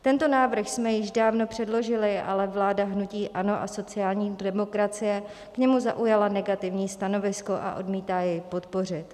Tento návrh jsme již dávno předložili, ale vláda hnutí ANO a sociální demokracie k němu zaujala negativní stanovisko a odmítá jej podpořit.